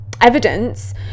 evidence